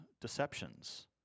deceptions